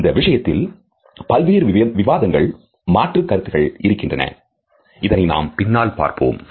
இந்த விஷயத்தில் பல்வேறு விவாதங்கள் மாற்று கருத்துக்கள் இருக்கின்றன இதனை நாம் பின்னால் பார்ப்போம்